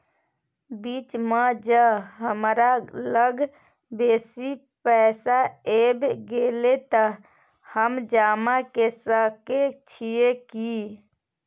बीच म ज हमरा लग बेसी पैसा ऐब गेले त हम जमा के सके छिए की?